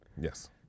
Yes